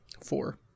Four